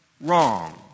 wrong